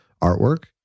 artwork